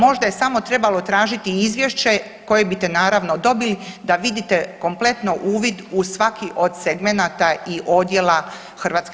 Možda je samo trebalo tražiti izvješće koje bite naravno dobili da vidite kompletno uvid u svaki od segmenata i odjela HGK.